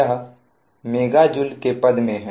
यह mega joule के पद में हैं